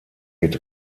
wird